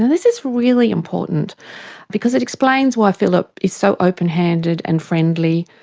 this is really important because it explains why phillip is so openhanded and friendly.